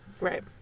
Right